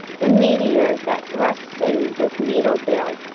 the meteor that thrusts in with needle bill,